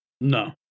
No